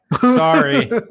Sorry